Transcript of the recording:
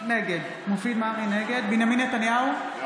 נגד בנימין נתניהו,